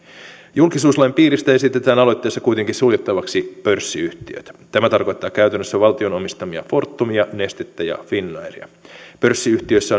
julkisuuslain piiristä esitetään aloitteesta kuitenkin suljettavaksi pörssiyhtiöt tämä tarkoittaa käytännössä valtion omistamia fortumia nestettä ja finnairia pörssiyhtiössä